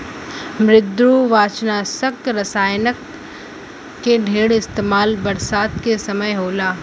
मृदुकवचनाशक रसायन के ढेर इस्तेमाल बरसात के समय होला